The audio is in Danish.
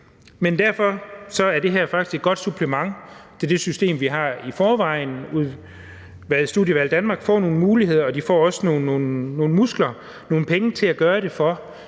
Men derfor er det her faktisk et godt supplement til det system, vi har i forvejen. Studievalg Danmark får nogle muligheder, og de får også nogle muskler, nogle penge til at gøre det med,